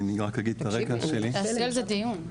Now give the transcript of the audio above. אני רק אגיד את הרקע שלי -- תעשי על זה דיון,